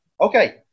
Okay